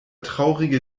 traurige